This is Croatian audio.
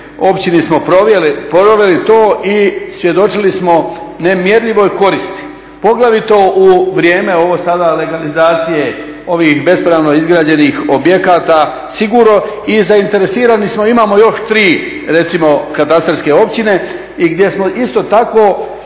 općini smo proveli to i svjedočili smo nemjerljivoj koristi, poglavito u vrijeme ovo sada legalizacije ovih bespravno izgrađenih objekata sigurno i zainteresirani smo. Imamo još tri recimo katastarske općine gdje smo isto tako